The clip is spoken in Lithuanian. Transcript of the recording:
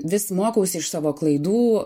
vis mokausi iš savo klaidų